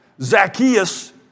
Zacchaeus